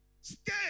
Stay